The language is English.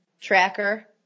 tracker